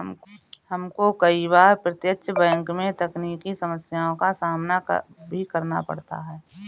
हमको कई बार प्रत्यक्ष बैंक में तकनीकी समस्याओं का सामना भी करना पड़ता है